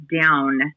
down